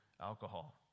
alcohol